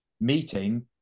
meeting